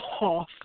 off